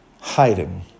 hiding